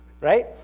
Right